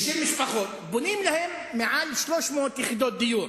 60 משפחות, בונים להם מעל 300 יחידות דיור.